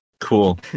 Cool